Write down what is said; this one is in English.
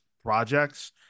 projects